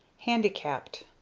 handicapped